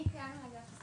אני כאן מאגף השכר.